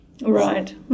Right